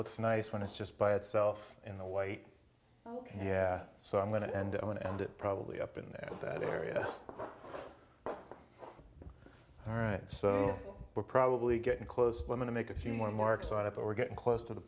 looks nice when it's just by itself in the white yeah so i'm going to end on and it probably up in that area all right so we're probably getting close to make a few more marks on it but we're getting close to the